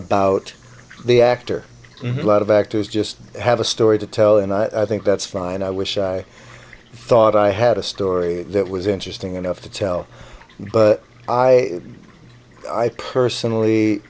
about the actor a lot of actors just have a story to tell and i think that's fine i wish i thought i had a story that was interesting enough to tell but i i personally